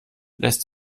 lässt